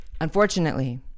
Unfortunately